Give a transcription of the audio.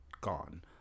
gone